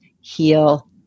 heal